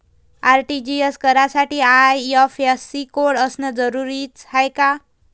RTGS करासाठी IFSC code असनं जरुरीच हाय का?